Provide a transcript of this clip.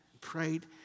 prayed